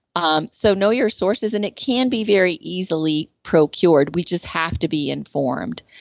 um so, know your sources and it can be very easily procured we just have to be informed.